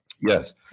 yes